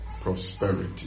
prosperity